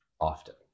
often